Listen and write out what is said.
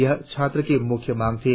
यह छात्रों की मुख्य मांग थी